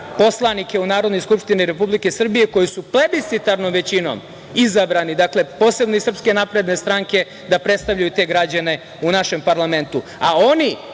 poslanike u Narodnoj skupštini Republike Srbije, koji su plebiscitarnom većinom izabrani, dakle, posebno iz Srpske napredne stranke, da predstavljaju te građane u našem parlamentu,